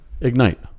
Ignite